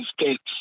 States